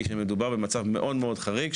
היא שמדובר במצב מאוד מאוד חריג,